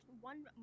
one